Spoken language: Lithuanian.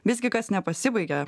visgi kas nepasibaigia